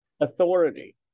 Authority